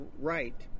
right